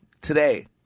Today